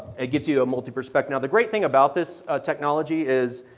it gives you a multiperspective now the great thing about this technology is,